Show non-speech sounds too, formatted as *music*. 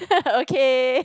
*laughs* okay